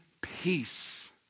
peace